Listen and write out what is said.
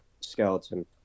skeleton